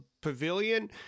pavilion